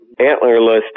antlerless